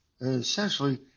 essentially